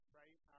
right